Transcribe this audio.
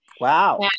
Wow